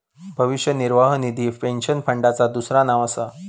भविष्य निर्वाह निधी पेन्शन फंडाचा दुसरा नाव असा